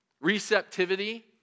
receptivity